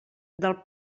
del